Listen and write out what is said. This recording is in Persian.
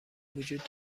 وجود